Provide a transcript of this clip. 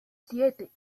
siete